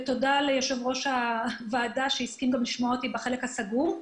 ותודה ליושב-ראש הוועדה שהסכים לשמוע אותי גם בחלק הסגור.